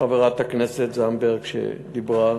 חברת הכנסת זנדברג, שדיברה,